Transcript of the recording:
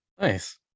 nice